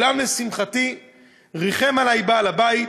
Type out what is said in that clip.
אולם לשמחתי ריחם עלי בעל הבית